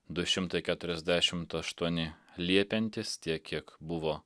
du šimtai keturiasdešimt aštuoni liepiantys tiek kiek buvo